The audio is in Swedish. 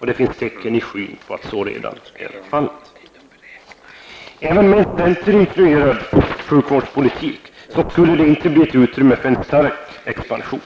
Det finns tecken i skyn på att så redan är fallet. Även med en centerinfluerad sjukvårdspolitik skulle det inte bli utrymme för en stark expansion.